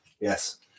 Yes